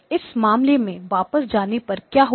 इस मामले में वापस जाने पर क्या होगा